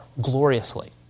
gloriously